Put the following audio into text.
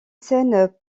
scène